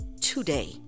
today